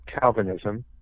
Calvinism